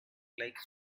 like